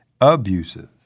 abusive